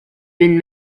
been